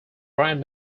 brand